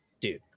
Dude